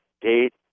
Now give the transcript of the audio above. date